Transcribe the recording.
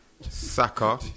Saka